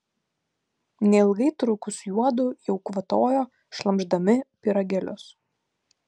neilgai trukus juodu jau kvatojo šlamšdami pyragėlius